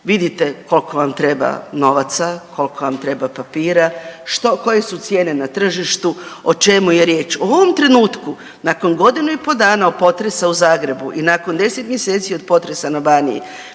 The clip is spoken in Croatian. Vidite koliko vam treba novaca, koliko vam treba papira, što, koje su cijene na tržištu, o čemu je riječ. U ovom trenutku nakon godine i po' dana od potresa u Zagrebu i nakon 10 mjeseci od potresa na Baniji,